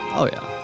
oh yeah.